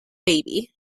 baby